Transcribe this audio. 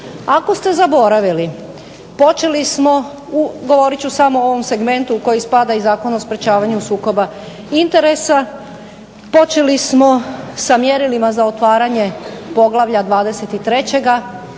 Ako ste zaboraviti, govorit ću samo o ovom segmentu koji spada i Zakon o sprečavanju sukoba interesa, počeli smo sa mjerilima za otvaranje za poglavlja 23.